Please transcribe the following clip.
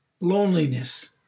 Loneliness